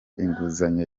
inguzanyo